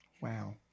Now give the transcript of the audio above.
Wow